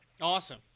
awesome